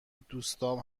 دوستام